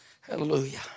Hallelujah